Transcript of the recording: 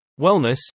wellness